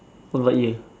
how about you